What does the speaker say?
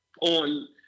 on